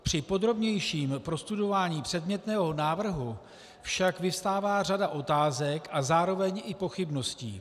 Při podrobnějším prostudování předmětného návrhu však vyvstává řada otázek a zároveň i pochybností.